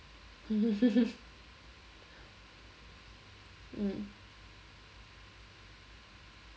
mm